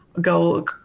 go